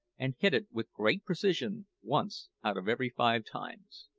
and hit it with great precision once out of every five times.